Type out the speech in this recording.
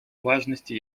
важности